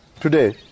today